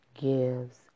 gives